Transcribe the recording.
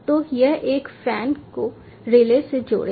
तो यह एक फैन को रिले से जोड़ेगा